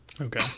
Okay